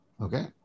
Okay